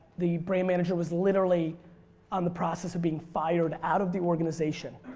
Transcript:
the brand manager was literally on the process of being fired out of the organization.